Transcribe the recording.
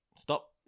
Stop